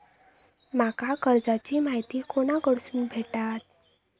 माका कर्जाची माहिती कोणाकडसून भेटात?